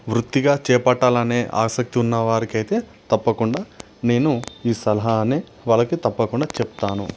వృత్తిగా చేపట్టాలనే ఆసక్తి ఉన్నవారికైతే తప్పకుండా నేను ఈ సలహాన్ని వాళ్ళకి తప్పకుండా చెప్తాను